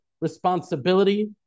responsibility